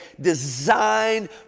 designed